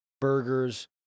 burgers